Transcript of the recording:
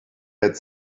had